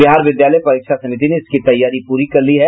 बिहार विद्यालय परीक्षा समिति ने इसकी तैयारी पूरी कर ली है